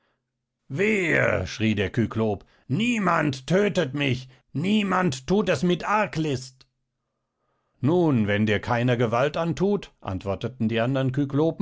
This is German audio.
wehe schrie der kyklop niemand tötet mich niemand thut es mit arglist nun wenn dir keiner gewalt anthut antworteten die andern